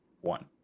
one